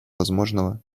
возможного